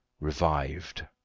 revived